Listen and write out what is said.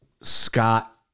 Scott